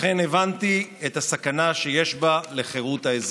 שכן הבנתי את הסכנה שיש בה לחירות האזרחים.